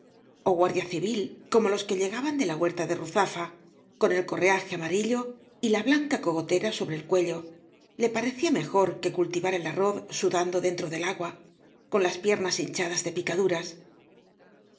ó guardia civil como los que llegaban de la huerta de ruzafa con el correaje amarillo y la blanca cogotera sobre el cuello le parecía mejor que cultivar el arroz sudando dentro del agua con las piernas hinchadas de picaduras